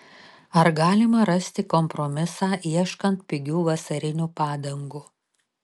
ar galima rasti kompromisą ieškant pigių vasarinių padangų